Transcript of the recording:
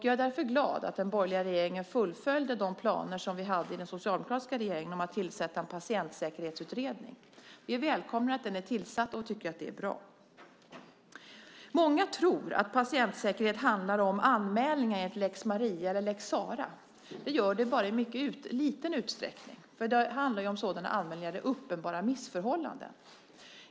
Jag är därför glad att den borgerliga regeringen fullföljde de planer som vi hade i den socialdemokratiska regeringen om att tillsätta en patientsäkerhetsutredning. Vi välkomnar att den är tillsatt och tycker att det är bra. Många tror att patientsäkerhet handlar om anmälningar enligt lex Maria eller lex Sarah. Det gör det bara i mycket liten utsträckning. Det handlar om sådana anmälningar där det är uppenbara missförhållanden.